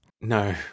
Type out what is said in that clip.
No